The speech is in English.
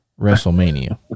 WrestleMania